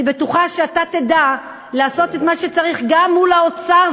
אני בטוחה שאתה תדע לעשות את מה שצריך גם מול האוצר,